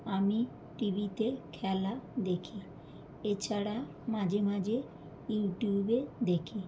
আমি টিভিতে খেলা দেখি এছাড়া মাঝে মাঝে ইউটিউবে দেখি